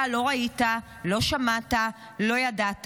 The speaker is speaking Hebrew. אתה לא ראית, לא שמעת, לא ידעת.